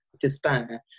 despair